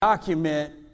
document